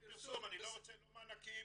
אני לא רוצה לא מענקים,